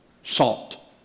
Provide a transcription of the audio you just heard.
salt